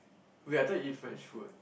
wait I thought you eat French food